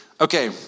Okay